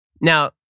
Now